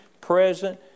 present